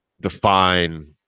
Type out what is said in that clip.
define